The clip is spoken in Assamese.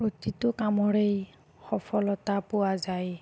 প্ৰতিটো কামৰেই সফলতা পোৱা যায়েই